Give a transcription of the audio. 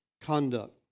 conduct